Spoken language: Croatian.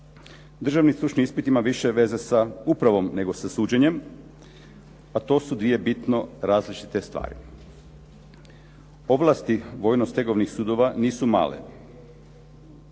Državni stručni ispit ima više veze sa upravom nego sa suđenjem, a to su dvije bitno različite stvari. Ovlasti vojno stegovnih sudova nisu male.